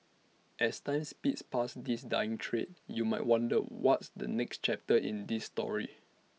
as time speeds past this dying trade you might wonder what's the next chapter in this story